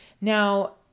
Now